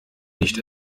nicht